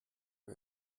wir